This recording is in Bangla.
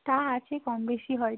তা আছে কম বেশি হয় তো